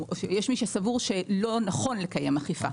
יש מי שסבור שלא נכון לקיים אכיפה,